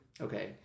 Okay